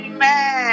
Amen